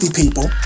people